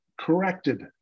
corrected